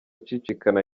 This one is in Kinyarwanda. acicikana